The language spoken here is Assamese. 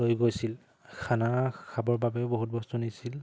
লৈ গৈছিল খানা খাবৰ বাবেও বহুত বস্তু নিছিল